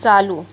चालू